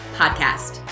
podcast